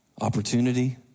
Opportunity